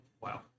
Wow